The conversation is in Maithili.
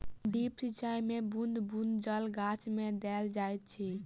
ड्रिप सिचाई मे बूँद बूँद जल गाछ मे देल जाइत अछि